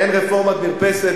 אין רפורמת מרפסת.